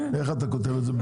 איך אתה כותב את זה?